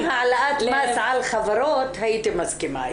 העלאת מס על חברות הייתי מסכימה איתך.